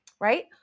right